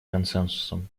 консенсусом